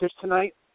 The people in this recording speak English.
tonight